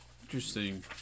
Interesting